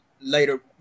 later